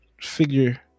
Figure